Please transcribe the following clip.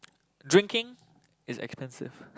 drinking is expensive